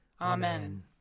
Amen